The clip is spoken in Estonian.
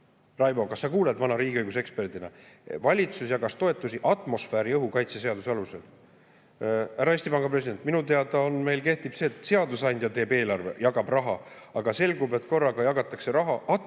Raivo, kas sa kuuled vana riigiõiguseksperdina? Valitsus jagas toetusi atmosfääriõhu kaitse seaduse alusel. Härra Eesti Panga president, minu teada meil kehtib see, et seadusandja teeb eelarve, jagab raha, aga selgub, et korraga jagatakse raha atmosfääriõhu